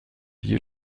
you